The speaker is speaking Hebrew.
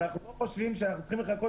אנחנו לא חושבים שאנחנו צריכים לחכות